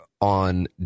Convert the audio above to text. on